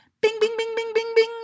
bing-bing-bing-bing-bing-bing